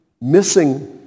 missing